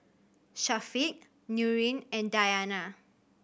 Syafiq Nurin and Dayana